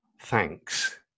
thanks